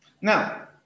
Now